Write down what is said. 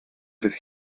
fydd